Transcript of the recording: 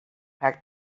packed